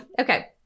Okay